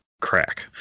crack